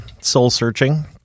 soul-searching